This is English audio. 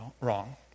wrong